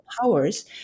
powers